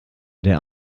der